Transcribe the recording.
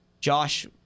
Josh